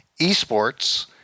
eSports –